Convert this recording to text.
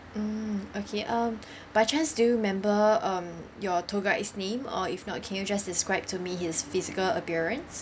mm okay um by chance do you remember um your tour guide's name or if not can you just describe to me his physical appearance